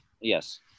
yes